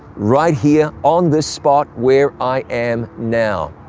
right here on this spot where i am now.